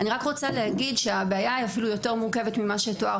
אני רק רוצה להגיד שהבעיה היא אפילו יותר מורכבת ממה שתואר